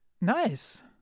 nice